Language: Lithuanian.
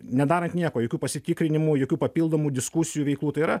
nedarant nieko jokių pasitikrinimų jokių papildomų diskusijų veiklų tai yra